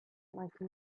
like